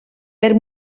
per